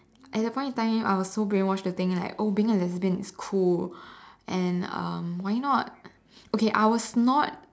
at that point in time I was so brainwashed to think like oh being a lesbian is cool and um why not okay I was not